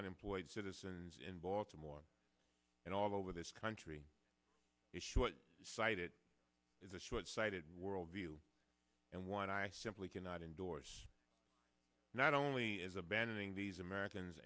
unemployed citizens in baltimore and all over this country is short sighted is a shortsighted worldview and one i simply cannot endorse not only is abandoning these americans